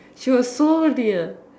she was so near